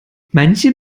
manche